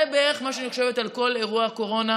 זה בערך מה שאני חושבת על כל אירוע הקורונה.